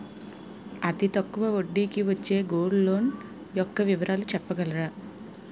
అతి తక్కువ వడ్డీ కి వచ్చే గోల్డ్ లోన్ యెక్క వివరాలు చెప్పగలరా?